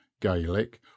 Gaelic